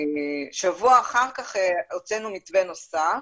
שבוע לאחר מכן הוצאנו מתווה נוסף